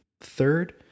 Third